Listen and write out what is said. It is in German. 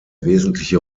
wesentliche